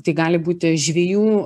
tai gali būti žvejų